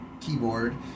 keyboard